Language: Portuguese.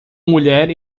mulher